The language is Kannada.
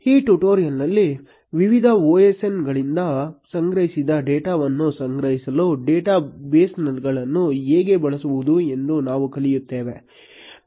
ಈ ಟ್ಯುಟೋರಿಯಲ್ ನಲ್ಲಿ ವಿವಿಧ OSN ಗಳಿಂದ ಸಂಗ್ರಹಿಸಿದ ಡೇಟಾವನ್ನು ಸಂಗ್ರಹಿಸಲು ಡೇಟಾ ಬೇಸ್ಗಳನ್ನು ಹೇಗೆ ಬಳಸುವುದು ಎಂದು ನಾವು ಕಲಿಯುತ್ತೇವೆ